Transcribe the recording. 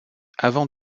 avant